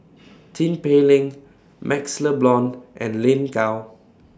Tin Pei Ling MaxLe Blond and Lin Gao